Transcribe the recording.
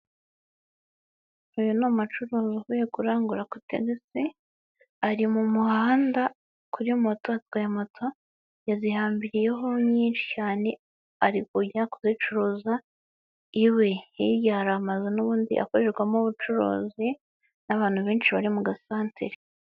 Uyu ni umucuruzi uvuye kurangura kotex, ari mu muhanda kuri moto, atwaye moto yazihambiriyeho nyinshi cyane, ari kujya kuzicuruza iwe, hirya hari amazu n'ubundi akorerwamo ubucuruzi, n'abantu benshi bari mu gasantere.